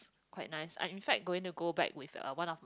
quite nice I in fact going to go back with uh one of my